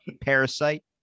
parasite